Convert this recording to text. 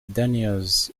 daniels